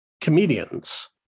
comedians